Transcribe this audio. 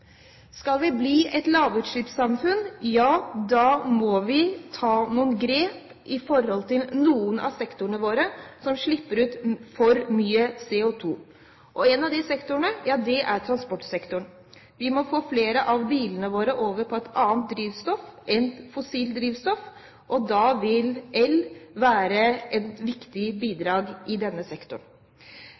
Skal vi bli et lavutslippssamfunn, må vi ta noen grep overfor noen av sektorene våre som slipper ut for mye CO2. En av de sektorene er transportsektoren. Vi må få flere av bilene våre over på et annet drivstoff enn fossilt, og da vil el være et viktig bidrag i denne sektoren.